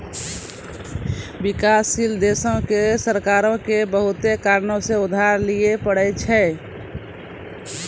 विकासशील देशो के सरकारो के बहुते कारणो से उधार लिये पढ़ै छै